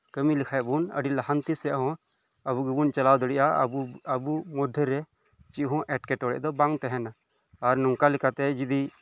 ᱠᱟᱹᱢᱤ ᱞᱮᱠᱷᱟᱱ ᱵᱚᱱ ᱟᱹᱰᱤ ᱞᱟᱦᱟᱱᱛᱤ ᱥᱮᱫ ᱵᱚ ᱟᱵᱚ ᱜᱮᱵᱚᱱ ᱪᱟᱞᱟᱣ ᱫᱟᱲᱮᱭᱟᱜᱼᱟ ᱟᱵᱚ ᱢᱚᱫᱽᱫᱷᱮᱨᱮ ᱪᱮᱫ ᱦᱚᱸ ᱮᱸᱴᱠᱮᱴᱚᱲᱮ ᱫᱚ ᱵᱟᱝ ᱛᱟᱦᱮᱱᱟ ᱟᱨ ᱱᱚᱝᱠᱟ ᱞᱮᱠᱟᱛᱮ ᱡᱚᱫᱤ